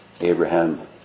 Abraham